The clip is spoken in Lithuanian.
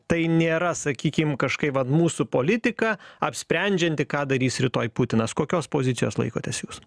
tai nėra sakykim kažkaip vat mūsų politika apsprendžianti ką darys rytoj putinas kokios pozicijos laikotės jūs